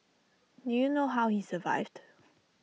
do you know how he survived